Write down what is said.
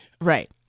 Right